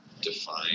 define